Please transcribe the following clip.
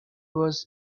was